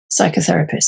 psychotherapist